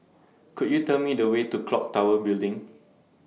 Could YOU Tell Me The Way to Clock Tower Building